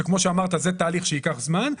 שכמו שאמרת זה תהליך שייקח זמן,